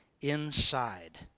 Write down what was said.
inside